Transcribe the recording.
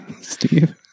Steve